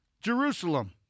jerusalem